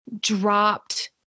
dropped